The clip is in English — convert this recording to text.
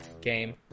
game